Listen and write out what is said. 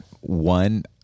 one